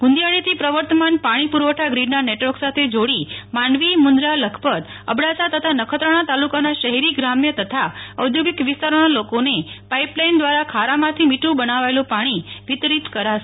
ગુંદીયાળીથી પ્રવર્તમાન પાણી પુરવઠા ગ્રીડના નેટવર્ક સાથે જોડી માંડવી મુન્ક્રા લખપત અબડાસા તથા નખત્રાણા તાલુકાના શહેરી ગ્રામ્ય તથા ઔધોગિક વિસ્તારોના લોકોને પાઇપલાઇન દ્વારા ખારામાંથી મીઠું બનાવાયેલું પાણી વિતરીત કરાશે